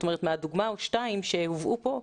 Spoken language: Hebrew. מהדוגמה או שתיים שהובאו פה,